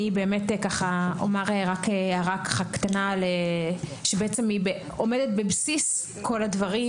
אני אומר רק הערה קטנה שעומדת בבסיס כל הדברים.